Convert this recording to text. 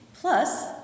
Plus